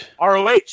ROH